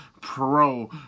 pro